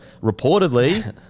reportedly